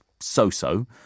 so-so